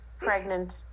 pregnant